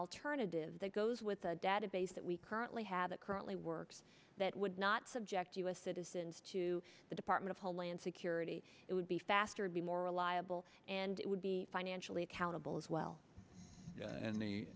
alternative that goes with the database that we currently have that currently works that would not subject us citizens to the department of homeland security it would be faster be more reliable and it would be financially accountable as well and the